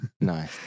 Nice